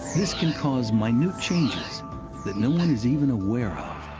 this can cause minute changes that no one is even aware of.